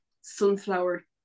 sunflower